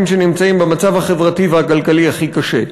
שנמצאים במצב החברתי והכלכלי הכי קשה?